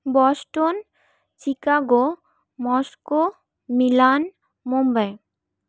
Boston Chicago Moscow Milan Mumbai